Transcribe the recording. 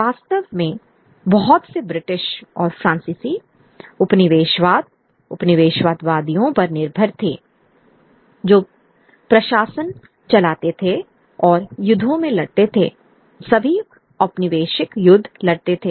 वास्तव में बहुत से ब्रिटिश और फ्रांसीसी उपनिवेशवाद उपनिवेशवादियों पर निर्भर थे जो प्रशासन चलाते थे और युद्धों में लड़ते थे सभी औपनिवेशिक युद्ध लड़ते थे